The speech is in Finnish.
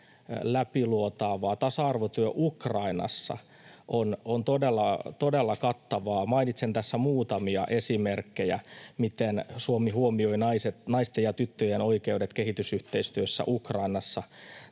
läpiluotaavaa. Tasa-arvotyö Ukrainassa on todella kattavaa. Mainitsen tässä muutamia esimerkkejä, miten Suomi huomioi naisten ja tyttöjen oikeudet kehitysyhteistyössä Ukrainassa: